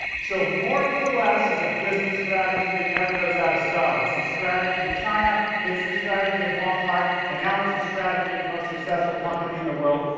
so more for less is a business strategy that never goes out of style. it's the strategy of china, it's a the strategy of walmart, and now it's the strategy of the most successful company in the world,